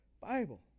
Bible